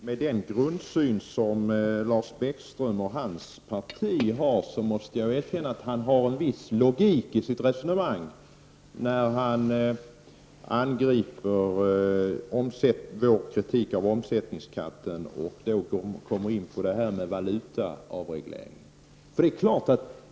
Herr talman! Med tanke på den grundsyn som Lars Bäckström och hans parti har måste jag erkänna att det finns en viss logik i hans resonemang, när han angriper vår kritik av omsättningsskatten och kommer in på frågan om valutaavregleringen.